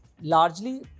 Largely